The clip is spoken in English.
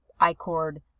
I-cord